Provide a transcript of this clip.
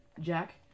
Jack